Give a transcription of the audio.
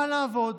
באה לעבוד